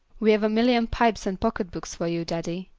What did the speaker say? we've a million pipes and pocket-books for you, daddy,